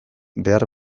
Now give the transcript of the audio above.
behar